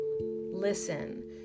Listen